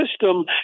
system